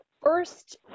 first